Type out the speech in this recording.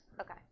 Okay